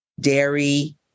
dairy